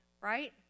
right